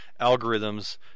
algorithms